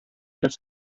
das